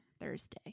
Thursday